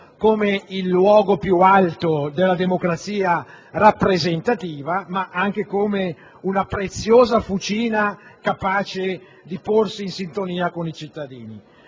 come il luogo più alto della democrazia rappresentativa, ma anche come una preziosa fucina capace di porsi in sintonia con i cittadini.